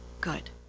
good